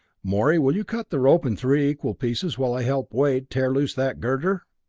morey, will you cut the rope in three equal pieces while i help wade tear loose that girder?